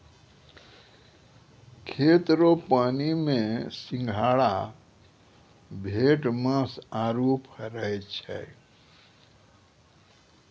खेत रो पानी मे सिंघारा, भेटमास आरु फरै छै